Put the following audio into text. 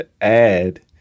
add